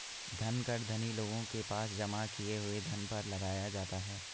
धन कर धनी लोगों के पास जमा किए हुए धन पर लगाया जाता है